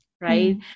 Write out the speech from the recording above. right